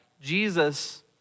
Jesus